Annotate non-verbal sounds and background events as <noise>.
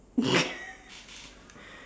<laughs>